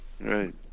Right